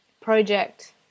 project